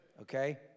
Okay